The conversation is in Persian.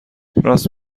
راست